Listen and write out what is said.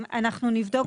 אנחנו נבדוק.